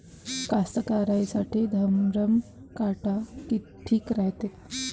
कास्तकाराइसाठी धरम काटा ठीक रायते का?